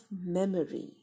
memory